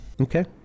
Okay